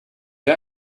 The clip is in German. der